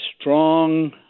strong